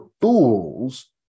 fools